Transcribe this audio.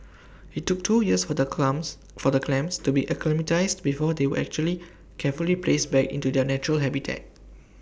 IT took two years for the for the clams to be acclimatised before they were actually carefully placed back into their natural habitat